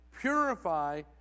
Purify